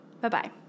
Bye-bye